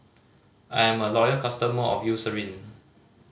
I'm a loyal customer of Eucerin